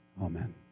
amen